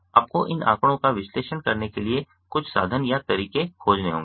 आपको इन आंकड़ों का विश्लेषण करने के लिए कुछ साधन या तरीके खोजने होंगे